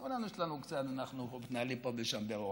כולנו, יש לנו קצת, אנחנו מתנהלים ופה ושם ברוע.